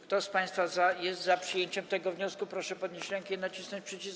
Kto z państwa jest za przyjęciem tego wniosku, proszę podnieść rękę i nacisnąć przycisk.